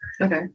Okay